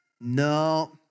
No